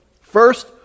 first